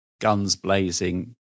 guns-blazing